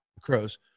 Crows